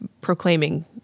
proclaiming